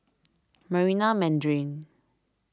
Marina Mandarin